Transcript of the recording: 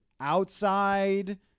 outside